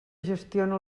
gestiona